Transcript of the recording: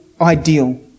ideal